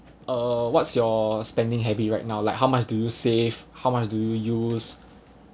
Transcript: uh what's your spending habit right now like how much do you save how much do you use